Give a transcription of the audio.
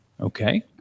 Okay